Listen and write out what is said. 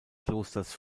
klosters